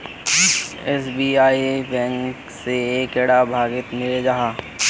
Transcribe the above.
SBI bank से कैडा भागोत मिलोहो जाहा?